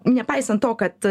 nepaisant to kad